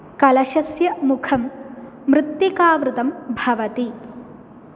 कलशस्य मुखं मृत्तिकावृतं भवति